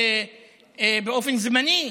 באופן זמני,